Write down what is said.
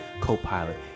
co-pilot